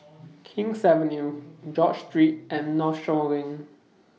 King's Avenue George Street and Northshore LINK